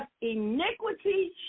iniquity